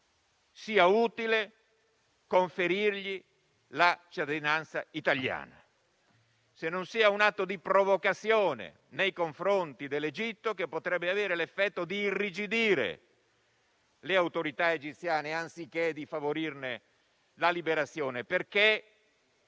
sia utile conferirgli la cittadinanza italiana e se non sia un atto di provocazione nei confronti dell'Egitto che potrebbe avere l'effetto di irrigidire le autorità egiziane anziché di favorirne la liberazione. Lo